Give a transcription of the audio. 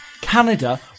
Canada